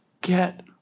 get